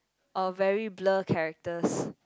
or very blur characters